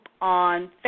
on